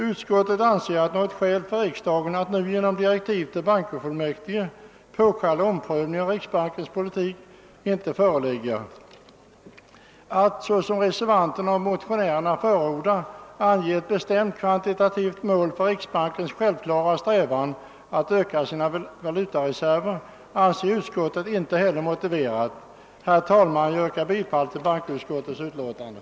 Utskottet anser att något skäl för riksdagen att nu genom direktiv till bankofullmäktige påkalla omprövning av riksbankens politik inte föreligger. Att, såsom reservanten och motionärerna förordar, ange ett bestämt kvantitativt mål för riksbankens självklara strävan att öka sina valutareserver anser utskottet inte heller motiverat. Herr talman! Jag yrkar bifall till bankoutskottets hemställan.